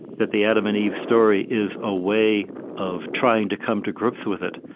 that the adam and eve story is a way of trying to come to grips with it.